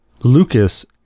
Lucas